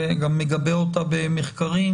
וגם מגבה אותה במחקרים,